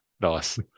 Nice